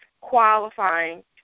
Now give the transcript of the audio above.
qualifying